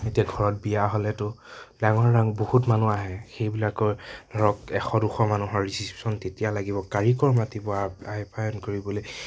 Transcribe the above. এতিয়া ঘৰত বিয়া হ'লেতো ডাঙৰ ডাঙ বহুত মানুহ আহে সেইবিলাকৰ ধৰক এশ দুশ মানুহৰ ৰিচিপছন তেতিয়া লাগিব কাৰিকৰ মাতিব আপ্যায়ন কৰিবলে